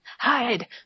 Hide